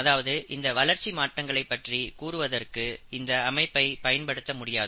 அதாவது இந்த வளர்ச்சி மாற்றங்களை பற்றி கூறுவதற்கு இந்த அமைப்பை பயன்படுத்த முடியாது